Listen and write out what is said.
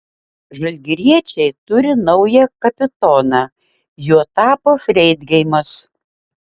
žalgiriečiai turi naują kapitoną juo tapo freidgeimas